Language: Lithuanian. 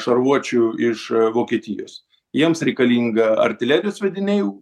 šarvuočių iš vokietijos jiems reikalinga artilerijos sviediniau